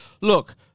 look